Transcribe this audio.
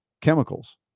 chemicals